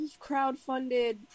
crowdfunded